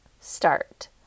start